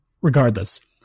regardless